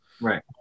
Right